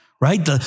Right